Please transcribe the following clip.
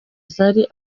zari